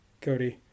Cody